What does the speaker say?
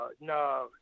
no